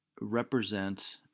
represent